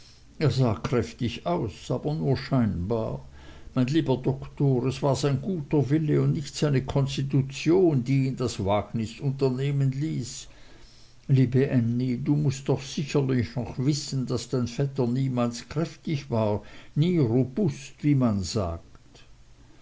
sah kräftig aus aber nur scheinbar mein lieber doktor es war sein guter wille und nicht seine konstitution die ihn das wagnis unternehmen ließ liebe ännie du mußt sicherlich noch wissen daß dein vetter niemals kräftig war nie robust wie man sagt